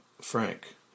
Frank